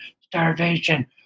starvation